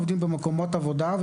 כולנו עובדים במקומות עבודה,